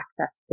access